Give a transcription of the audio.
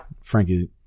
frankie